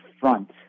front